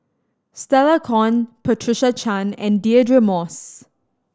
Stella Kon Patricia Chan and Deirdre Moss